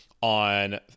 on